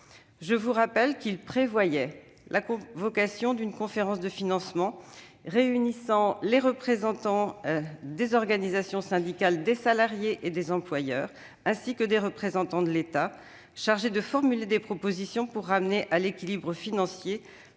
Je le rappelle, cet article prévoyait la convocation d'une conférence de financement réunissant les représentants des organisations syndicales des salariés et des employeurs ainsi que des représentants de l'État, pour formuler des propositions destinées à ramener à l'équilibre financier